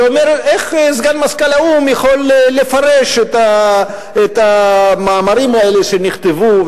שאומר: איך סגן מזכ"ל האו"ם יכול לפרש את המאמרים האלה שנכתבו?